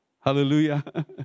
Hallelujah